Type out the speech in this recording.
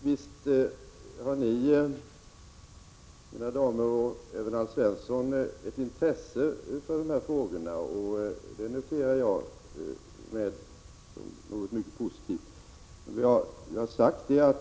Herr talman! Visst har ni, mina damer och även Alf Svensson, ett intresse för dessa frågor, och det noterar jag som mycket positivt.